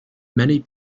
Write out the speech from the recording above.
many